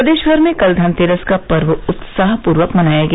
प्रदेश भर में कल धनतेरस का पर्व उत्साह पूर्वक मनाया गया